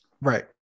right